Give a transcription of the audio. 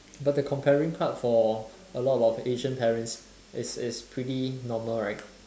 but the comparing part for a lot of Asian parents is is pretty normal right